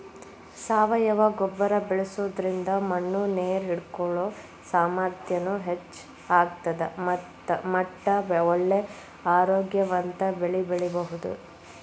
ಸಾವಯವ ಗೊಬ್ಬರ ಬಳ್ಸೋದ್ರಿಂದ ಮಣ್ಣು ನೇರ್ ಹಿಡ್ಕೊಳೋ ಸಾಮರ್ಥ್ಯನು ಹೆಚ್ಚ್ ಆಗ್ತದ ಮಟ್ಟ ಒಳ್ಳೆ ಆರೋಗ್ಯವಂತ ಬೆಳಿ ಬೆಳಿಬಹುದು